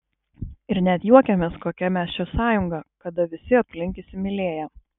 ir net juokėmės kokia mes čia sąjunga kada visi aplink įsimylėję